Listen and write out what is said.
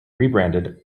rebranded